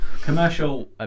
Commercial